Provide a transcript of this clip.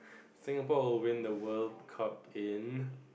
Singapore will win the World Cup in